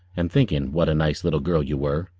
and thinking what a nice little girl you were.